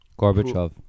gorbachev